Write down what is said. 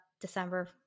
December